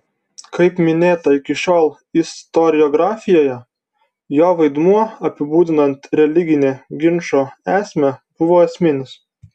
kaip minėta iki šiol istoriografijoje jo vaidmuo apibūdinant religinę ginčo esmę buvo esminis